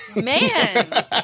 Man